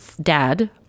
dad